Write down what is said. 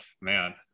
man